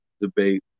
debate